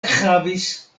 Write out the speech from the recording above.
havis